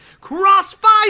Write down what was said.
crossfire